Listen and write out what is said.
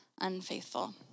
unfaithful